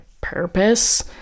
purpose